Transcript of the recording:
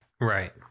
Right